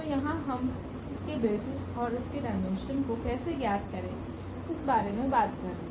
तो यहाँ हम इसके बेसिस और इसके डायमेंशन को कैसे ज्ञात करे इस बारे में बात कर रहे हैं